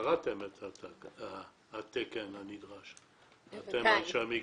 קראתם את התקן הנדרש, אתם אנשי המקצוע?